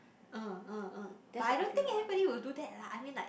uh uh uh but I don't think anybody will do that lah I mean like